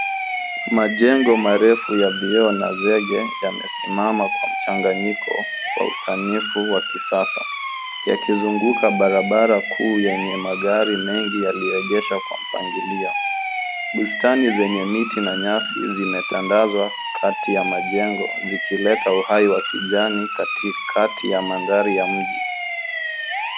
Majengo marefu ya vioo na zege, yamesimama kwa mchanganyiko wa usanifu wa kisasa yakizunguka barabara kuu yenye magari mengi yaliyoegeshwa kwa mpangilio. Bustani zenye miti na nyasi zimetandazwa katika ya majengo zikileta uhai wa kijani katikati ya mandhari ya mji.